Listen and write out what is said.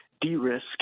de-risk